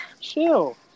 Chill